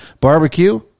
Barbecue